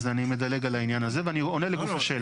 אז אני מדלג על העניין הזה ואני עונה לגוף השאלה.